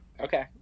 Okay